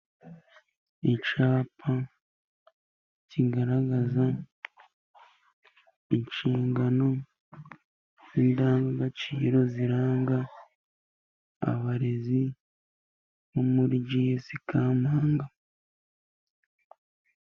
Icyapa kigaragaza inshingano n'indangagaciro ziranga abarezi bo muri Ji Esi Kampanga